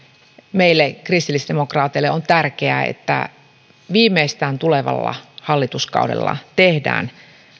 meille kristillisdemokraateille on tärkeää että viimeistään tulevalla hallituskaudella tehdään